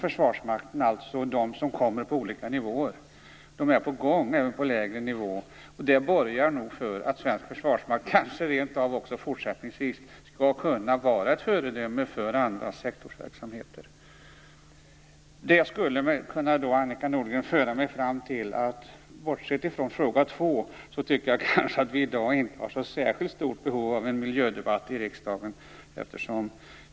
Försvarsmakten, alltså de som kommer på olika nivåer - sådana är på gång även på lägre nivå - borgar nog för att svensk försvarsmakt kanske även fortsättningsvis kommer att kunna vara ett föredöme för andra sektorsverksamheter. Det, Annika Nordgren, för mig fram till konstaterandet att vi, bortsett från det som rör fråga två i interpellationen, inte har så särskilt stort behov av en miljödebatt i riksdagen.